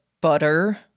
butter